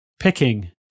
picking